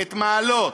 את מעלות,